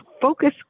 focus